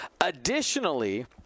Additionally